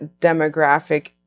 demographic